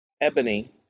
Ebony